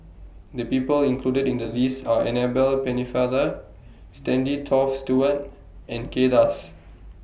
The People included in The list Are Annabel Pennefather Stanley Toft Stewart and Kay Das